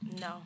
No